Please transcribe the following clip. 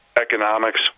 economics